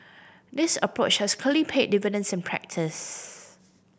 this approach has clearly paid dividends in practice